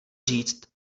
říct